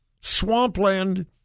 Swampland